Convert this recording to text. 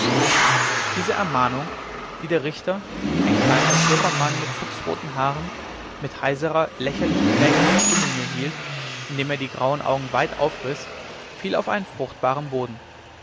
diese ermahnung die der richter ein kleiner dürrer mann mit fuchsroten haaren mit heiserer lächerlich quäkender stimme mir hielt indem er die grauen augen weit aufriß fiel auf einen fruchtbaren boden